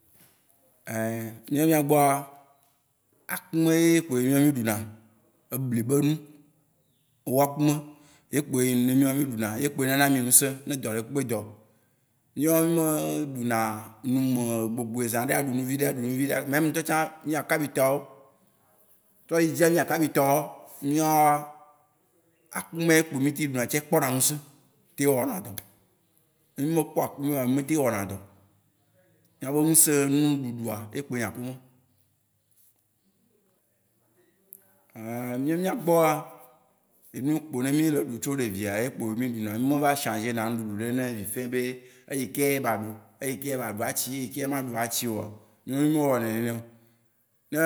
míawo mía gbɔa, akume ye kpoe mía wóa mí ɖu na. Ebli be nu. Wɔkume yekpoe nyi nu ne míawoa mí ɖu na. Ye kpoe nana mí nusẽ ne dɔ ɖe kpekpe dɔ. Míawo mí me ɖu na numegbogboe, zã ɖe aɖu nu viɖe aɖu nu viɖe a. Même ntɔ tsã, mía kapita wó- tsɔ yi dzia, mía kapita wó, míawoa, akume kpo mí te ɖuna tsae kpɔna nusẽ te wɔna dɔ. Ne mí me kpɔ akume oa, mí me te wɔna dɔ oo. Mía be nusẽ nuɖuɖua ye kpoe nyi akume. míawo mía gbɔa, enu yi kpo ne mí le ɖu tso ɖevia, yekpo mí ɖu na. Mí me va changer na nuɖuɖu ɖe ne vifɛ be eyikeye baɖu, eyikeye baɖu atsi, eyikeye maɖu atsio aa, míawo mí me wɔ nɛ neneoo. Ne